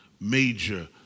Major